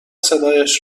صدایش